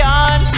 on